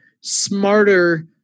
smarter